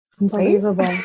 Unbelievable